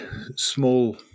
small